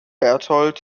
berthold